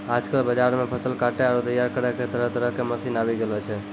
आजकल बाजार मॅ फसल काटै आरो तैयार करै के तरह तरह के मशीन आबी गेलो छै